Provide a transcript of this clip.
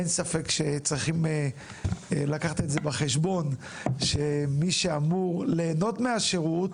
אין ספק שצריכים לקחת בחשבון שמי שאמור ליהנות מהשירות